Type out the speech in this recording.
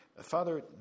Father